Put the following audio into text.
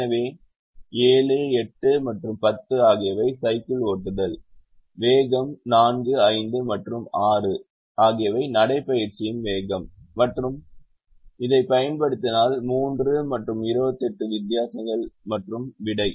எனவே 7 8 மற்றும் 10 ஆகியவை சைக்கிள் ஓட்டுதல் வேகம் 4 5 மற்றும் 6 ஆகியவை நடைபயிற்சி வேகம் மற்றும் இதைப் பயன்படுத்தினால் 3 மற்றும் 28 வித்தியாசங்கள் மற்றும் விடை